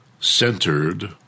centered